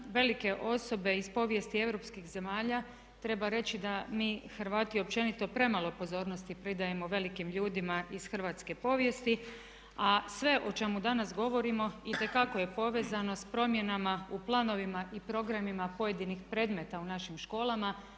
velike osobe iz povijesti europskih zemalja treba reći da mi Hrvati općenito premalo pozornosti pridajemo velikim ljudima iz hrvatske povijesti, a sve o čemu danas govorimo itekako je povezano s promjenama u planovima i programima pojedinih predmeta u našim školama,